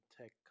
tech